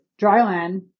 dryland